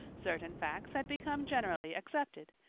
certain facts had become generally accepted.